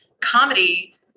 comedy